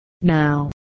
now